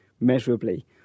measurably